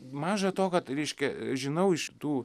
maža to kad reiškia žinau iš tų